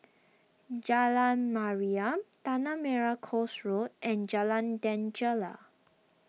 Jalan Mariam Tanah Merah Coast Road and Jalan